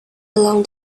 along